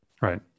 right